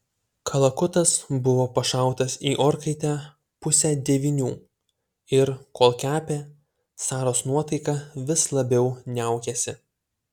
kalakutas buvo pašautas į orkaitę pusę devynių ir kol kepė saros nuotaika vis labiau niaukėsi